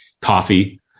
coffee